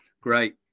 great